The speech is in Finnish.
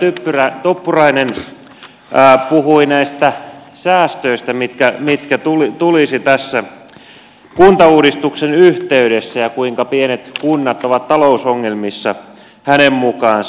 edustaja tuppurainen puhui näistä säästöistä jotka tulisivat tässä kuntauudistuksen yhteydessä ja siitä kuinka pienet kunnat ovat talousongelmissa hänen mukaansa